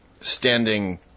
standing